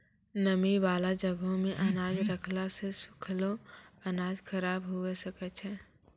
नमी बाला जगहो मे अनाज रखला से सुखलो अनाज खराब हुए सकै छै